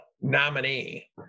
nominee